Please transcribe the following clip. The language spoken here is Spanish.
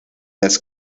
las